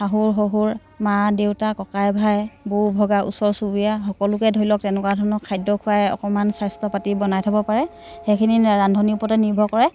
শাহুৰ শহুৰ মা দেউতা ককাই ভাই বৌ ভগা ওচৰ চুবুৰীয়া সকলোকে ধৰি লওক তেনেকুৱা ধৰণৰ খাদ্য খুৱাই অকণমান স্বাস্থ্য পাতি বনাই থ'ব পাৰে সেইখিনি ৰান্ধনিৰ ওপৰতে নিৰ্ভৰ কৰে